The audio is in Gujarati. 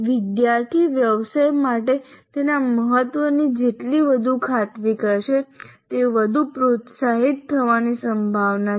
વિદ્યાર્થી વ્યવસાય માટે તેના મહત્વની જેટલી વધુ ખાતરી કરશે તે વધુ પ્રોત્સાહિત થવાની સંભાવના છે